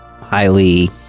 highly